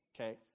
Okay